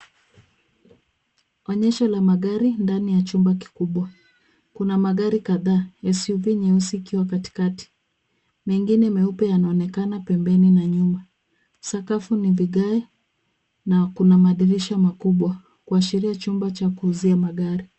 Onyesho la magari ndani ya chumba kikubwa. Kuna magari kadhaa, SUV nyeusi ikiwa katikati. Mengine meupe yanaonekana pembeni na nyuma. Sakafu ni vigae na kuna madirisha makubwa kuashiria chumba cha kuuzia magari.